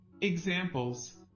Examples